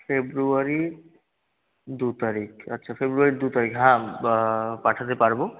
ফেব্রুয়ারি দু তারিখ আচ্ছা ফেব্রুয়ারির দু তারিখ হ্যাঁ পাঠাতে পারব